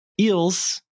eels